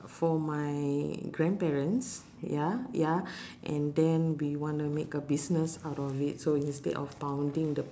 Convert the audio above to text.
for my grandparents ya ya and then we wanna make a business out of it so instead of pounding the